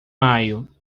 maio